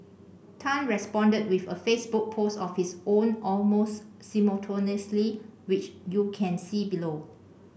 tan responded with a Facebook post of his own almost simultaneously which you can see below